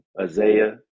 Isaiah